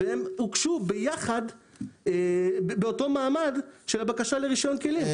הם הוגשו באותו מעמד של הבקשה לרישיון כלים.